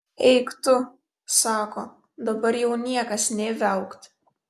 eik tu sako dabar jau niekas nė viaukt